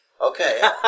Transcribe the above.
Okay